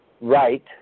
Right